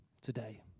today